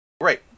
Great